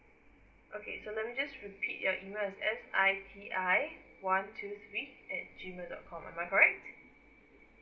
okay so let me just repeat your email is s i t i one two three at G mail dot com am I correct